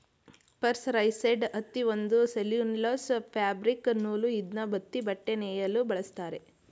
mercerised ಹತ್ತಿ ಒಂದು cellulose fabric ನೂಲು ಇದ್ನ ಹತ್ತಿಬಟ್ಟೆ ನೇಯಲು ಬಳಸ್ತಾರೆ